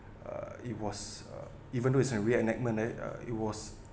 uh it was uh even though is a reenactment right uh it was